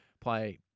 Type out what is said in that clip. play